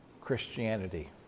Christianity